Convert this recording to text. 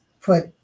put